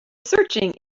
searching